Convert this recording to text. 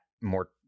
more